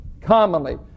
commonly